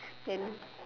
then